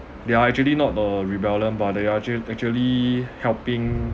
they are actually not the rebellion but they are actual~ actually helping